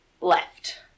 left